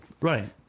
Right